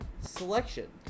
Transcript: selection